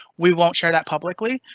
we won't share that publicly,